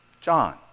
John